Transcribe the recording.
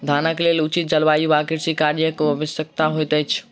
धानक लेल उचित जलवायु आ कृषि कार्यक आवश्यकता होइत अछि